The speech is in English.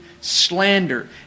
slander